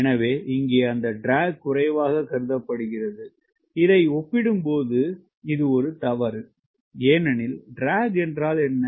எனவே இங்கே அந்த ட்ராக் குறைவாக கருதப்படுகிறது இதை ஒப்பிடும்போது இது ஒரு தவறு ஏனெனில் ட்ராக் என்றால் என்ன